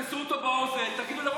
אפשר להציג נתונים, אפשר להגיד הכול.